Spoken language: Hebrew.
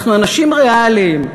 אנחנו אנשים ריאליים,